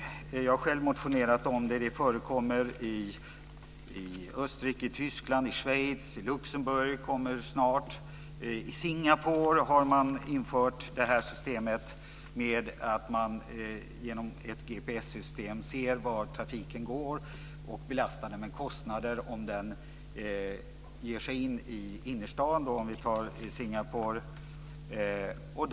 Jag har själv motionerat om det, och det förekommer i Österrike, Tyskland, Schweiz, i Luxemburg snart. I Singapore har man infört ett system där man genom ett GPS-system ser var trafiken går och belastar den med kostnader om den ger sig in i innerstaden Singapore.